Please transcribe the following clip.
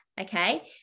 Okay